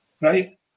right